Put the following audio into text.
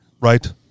right